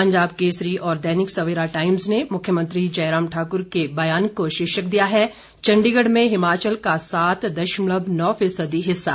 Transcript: पंजाब केसरी और दैनिक सवेरा टाइम्स ने मुंख्यमंत्री जयराम ठाकुर के बयान को शीर्षक दिया है चंडीगढ़ में हिमाचल का सात दशमलव नौ फीसदी हिस्सा